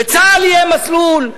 בצה"ל יהיה מסלול,